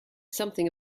something